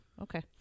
okay